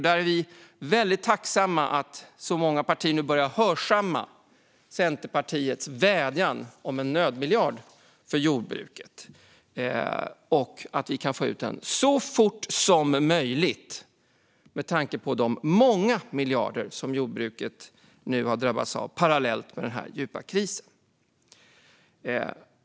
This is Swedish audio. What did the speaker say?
Här är vi väldigt tacksamma över att så många partier nu börjar hörsamma Centerpartiets vädjan om en nödmiljard till jordbruket och hoppas att vi kan få ut den så fort som möjligt, med tanke på de många miljarder i kostnadsökning som jordbruket nu har drabbats av parallellt med den här djupa krisen.